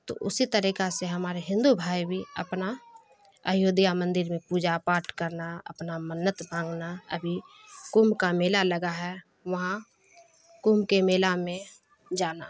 تو اسی طریقہ سے ہمارے ہندو بھائی بھی اپنا ایودھیا مندر میں پوجا پاٹھ کرنا اپنا منت مانگنا ابھی کمبھ کا میلہ لگا ہے وہاں کمبھ کے میلہ میں جانا